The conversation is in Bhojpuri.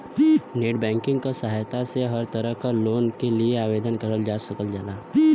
नेटबैंकिंग क सहायता से हर तरह क लोन के लिए आवेदन करल जा सकल जाला